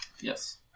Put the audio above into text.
Yes